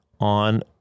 on